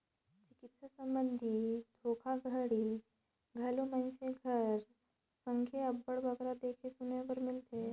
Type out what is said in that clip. चिकित्सा संबंधी धोखाघड़ी घलो मइनसे कर संघे अब्बड़ बगरा देखे सुने बर मिलथे